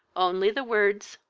only the words,